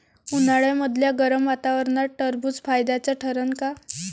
उन्हाळ्यामदल्या गरम वातावरनात टरबुज फायद्याचं ठरन का?